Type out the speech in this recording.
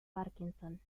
parkinson